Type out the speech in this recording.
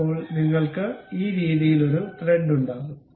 അപ്പോൾ നിങ്ങൾക്ക് ഈ രീതിയിൽ ഒരു ത്രെഡ് ഉണ്ടാകും